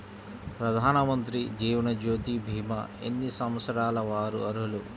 ప్రధానమంత్రి జీవనజ్యోతి భీమా ఎన్ని సంవత్సరాల వారు అర్హులు?